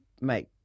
make